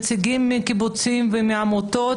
עם נציגים מקיבוצים ועמותות,